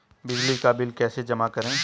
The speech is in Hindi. बिजली का बिल कैसे जमा करें?